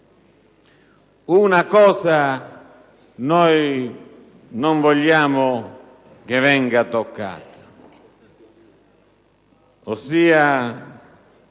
Una cosa però non vogliamo che venga toccata, vale